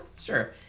Sure